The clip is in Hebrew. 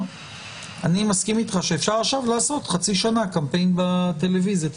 אני מסכים איתך שאפשר עכשיו לעשות חצי שנה קמפיין הצטרפות בטלוויזיה.